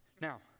Now